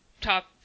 top